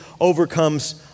overcomes